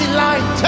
light